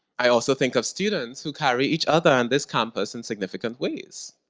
i also think of students who carry each other on this campus in significant ways.